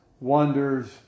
wonders